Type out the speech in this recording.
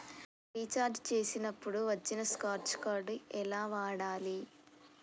Recharge చేసినప్పుడు వచ్చిన scratch card ఎలా వాడాలి?